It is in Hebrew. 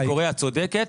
את צודקת,